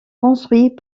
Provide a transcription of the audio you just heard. construits